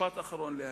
משפט אחרון להגיד: